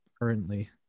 currently